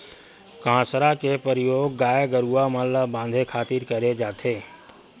कांसरा के परियोग गाय गरूवा मन ल बांधे खातिर करे जाथे